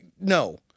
no